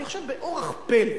אני חושב באורח פלא,